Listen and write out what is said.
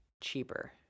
cheaper